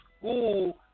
school